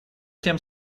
тем